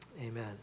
Amen